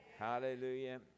Hallelujah